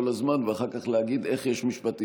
הזמן ואחר כך להגיד: איך יש משפטיזציה?